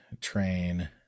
train